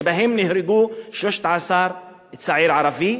שבהם נהרגו 13 צעירים ערבים,